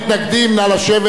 אנחנו עוברים להצבעה,